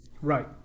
Right